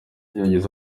yagize